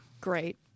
Great